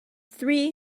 three